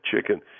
chicken